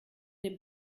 dem